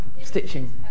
stitching